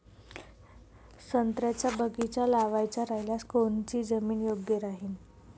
संत्र्याचा बगीचा लावायचा रायल्यास कोनची जमीन योग्य राहीन?